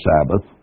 Sabbath